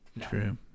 True